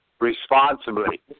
responsibly